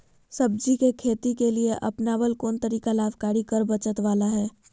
सब्जी के खेती के लिए अपनाबल कोन तरीका लाभकारी कर बचत बाला है?